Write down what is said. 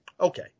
Okay